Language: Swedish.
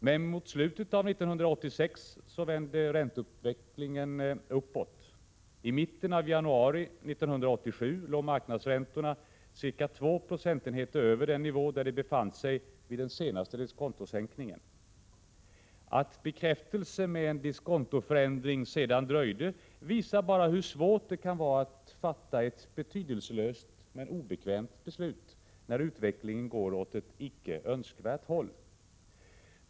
Men mot slutet av 1986 vände ränteutvecklingen uppåt. I mitten av januari 1987 låg marknadsräntorna cirka två procentenheter över den nivå där de befann sig vid den senaste diskontosänkningen. Att bekräftelsen med en kontoförändring dröjde visar hur svårt det kan vara att fatta ett betydelselöst men obekvämt beslut, när utvecklingen går åt ett icke önskvärt håll.